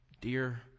Dear